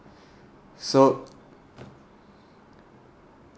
so